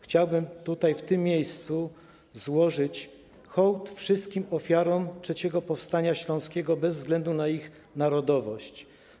Chciałbym w tym miejscu złożyć hołd wszystkim ofiarom III powstania śląskiego bez względu na ich narodowość.